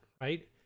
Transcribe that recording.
right